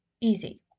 easy